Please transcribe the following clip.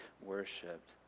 worshipped